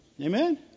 Amen